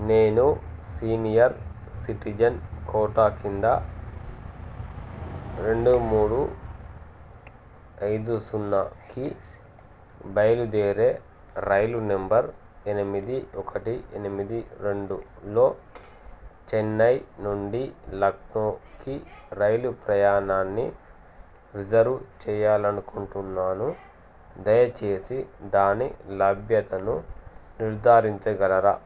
నేను senior citizen quota క్రింద రెండు మూడు ఐదు సున్నాకి బయలుదేరే రైలు నెంబర్ ఎనిమిది ఒకటి ఎనిమిది రెండులో చెన్నై నుండి లక్నోకి రైలు ప్రయాణాన్ని రిజర్వ్ చెయ్యాలనుకుంటున్నాను దయచేసి దాని లభ్యతను నిర్ధారించగలరా